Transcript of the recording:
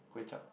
Kway-Chap